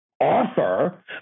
offer